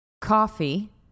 coffee